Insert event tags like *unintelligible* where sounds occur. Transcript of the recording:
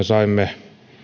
*unintelligible* saimme